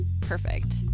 Perfect